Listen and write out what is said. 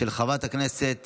של חברת הכנסת